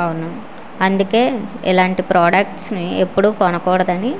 అవును అందుకే ఇలాంటి ప్రాడక్ట్స్ని ఎప్పుడూ కొనకూడదని